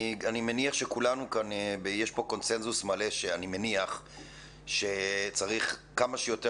אני מניח שיש כאן קונצנזוס מלא שצריך כמה שיותר